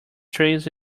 trees